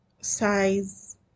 size